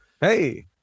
Hey